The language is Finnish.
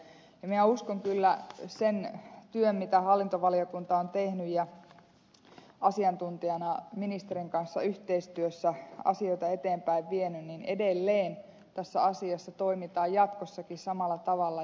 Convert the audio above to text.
minä uskon kyllä siihen työhön mitä hallintovaliokunta on tehnyt ja asiantuntijana ministerin kanssa yhteistyössä asioita eteenpäin vienyt ja siihen että tässä asiassa toimitaan jatkossakin samalla tavalla